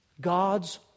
God's